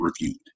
reviewed